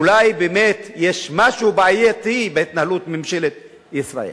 אולי באמת יש משהו בעייתי בהתנהלות ממשלת ישראל?